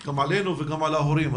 גם עלינו וגם על ההורים.